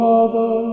Father